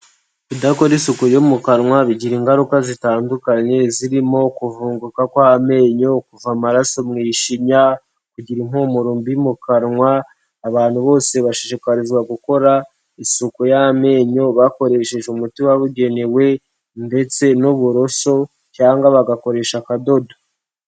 Kudakora isuku yo mu kanwa bigira ingaruka zitandukanye zirimo: kuvunguka kw'amenyo, kuva amaraso mu ishinya, kugira impumuro mbi mu kanwa, abantu bose bashishikarizwa gukora isuku y'amenyo bakoresheje umuti wabugenewe ndetse n'uburoso cyangwa bagakoresha akadodo.